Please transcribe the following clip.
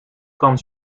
kan